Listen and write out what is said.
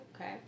Okay